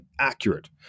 accurate